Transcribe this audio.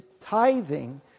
tithing